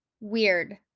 Weird